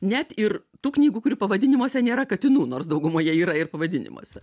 net ir tų knygų kurių pavadinimuose nėra katinų nors daugumoje yra ir pavadinimuose